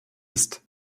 ist